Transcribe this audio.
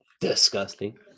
disgusting